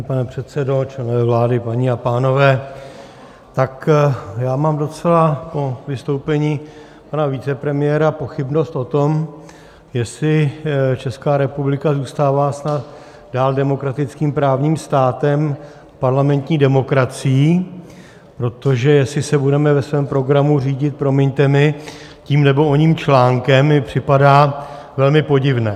Vážený pane předsedo, členové vlády, paní a pánové, já mám docela po vystoupení pana vicepremiéra pochybnost o tom, jestli Česká republika zůstává dál demokratickým právním státem, parlamentní demokracií, protože jestli se budeme ve svém programu řídit, promiňte mi, tím nebo oním článkem, mi připadá velmi podivné.